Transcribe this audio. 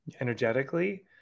energetically